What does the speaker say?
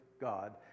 God